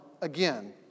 again